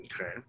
okay